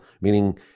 meaning